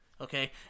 okay